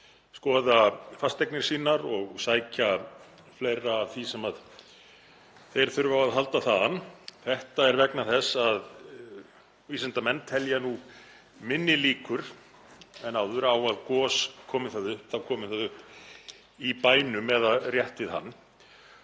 skoða fasteignir sínar og sækja fleira af því sem þeir þurfa á að halda þaðan. Þetta er vegna þess að vísindamenn telja nú minni líkur en áður á að gos, komi það upp, komi upp í bænum eða rétt við hann,